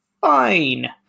fine